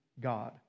God